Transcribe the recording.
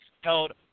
held